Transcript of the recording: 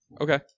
Okay